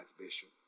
Bishop